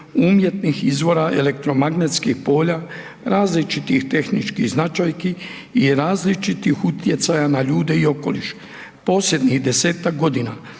umjetnih izvora elektromagnetskih polja različitih tehničkih značajki i različitih utjecaja na ljude i okoliš. Posljednjih 10-tak godina